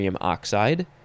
oxide